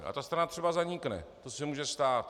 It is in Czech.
A ta strana třeba zanikne, to se může stát.